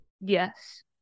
Yes